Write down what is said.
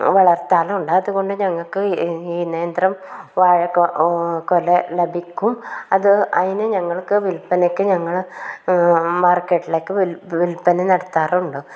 വളർത്താറുണ്ട് അതുകൊണ്ട് ഞങ്ങൾക്ക് ഈ നേന്ത്രം വാഴ കൊല ലഭിക്കും അത് അതിന് ഞങ്ങൾക്ക് വില്പനക്ക് ഞങ്ങൾ മാർക്കറ്റിലേക്ക് വില്പന നടത്താറുണ്ട്